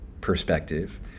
perspective